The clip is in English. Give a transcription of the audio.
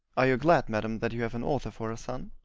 are you glad, madam, that you have an author for a son?